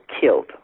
killed